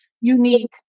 unique